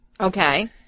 Okay